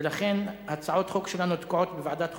ולכן הצעות חוק שלנו תקועות בוועדת החוקה,